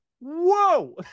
whoa